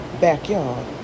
backyard